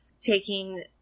taking